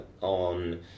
on